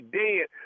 dead